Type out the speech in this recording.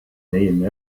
name